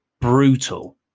brutal